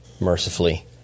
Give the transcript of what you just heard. mercifully